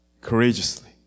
courageously